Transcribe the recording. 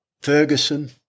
Ferguson